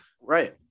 Right